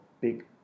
big